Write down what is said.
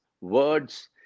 words